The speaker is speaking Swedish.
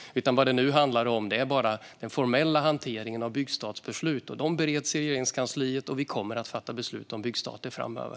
Vad det nu handlar om är bara den formella hanteringen av byggstartsbeslut. De bereds i Regeringskansliet, och vi kommer att fatta beslut om byggstarter framöver.